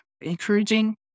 encouraging